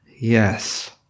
Yes